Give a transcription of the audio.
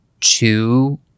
two